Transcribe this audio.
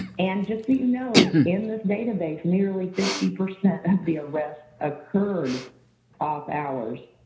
and just so you know, in this database, nearly fifty percent of the arrest occurred off-hours.